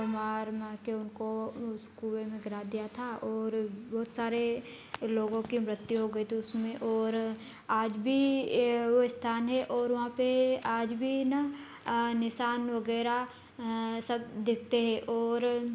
मार मार के उनको उस कुएँ में गिरा दिया था और बहुत सारे लोगों की मृत्यु हो गई थी उसमें और आज भी वो स्थान है और वहाँ पर आज भी ना निशान वगैरह सब दिखते हैं और